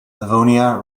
livonia